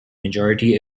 majority